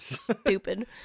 stupid